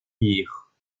ire